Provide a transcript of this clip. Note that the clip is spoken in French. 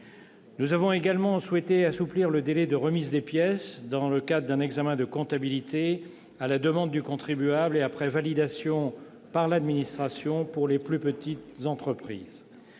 Nous avons également souhaité assouplir le délai de remise des pièces dans le cadre d'un examen de comptabilité, à la demande du contribuable et après validation par l'administration, pour les plus petites entreprises.